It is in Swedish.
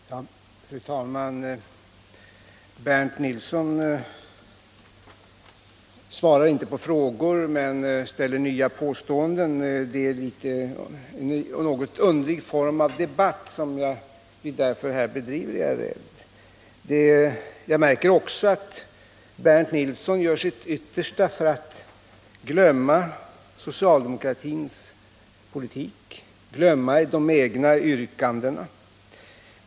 Fru talman! Bernt Nilsson svarar inte på frågor men kommer med nya påståenden. Därför är jag rädd att vi här för en rätt underlig debatt. Jag märker också att Bernt Nilsson gör sitt yttersta för att glömma socialdemokratrins politik, glömma de egna yrkandena.